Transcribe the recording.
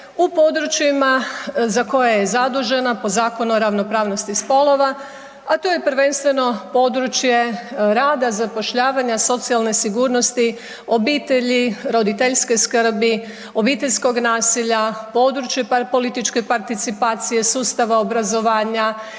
u područjima za koje je zadužena po Zakonu o ravnopravnosti spolova, a to je prvenstveno područje rada, zapošljavanja, socijalne sigurnosti, obitelji, roditeljske skrbi, obiteljskog nasilja, područja političke participacije, sustava obrazovanja